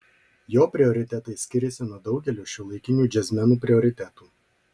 jo prioritetai skiriasi nuo daugelio šiuolaikinių džiazmenų prioritetų